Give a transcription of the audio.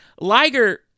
Liger